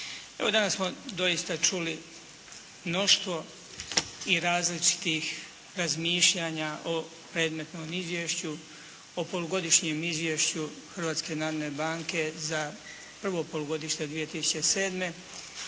Evo, danas smo doista čuli mnoštvo i različitih razmišljanja o predmetnom Izvješću, o polugodišnjem Izvješću Hrvatske narodne banke za prvo polugodište 2007.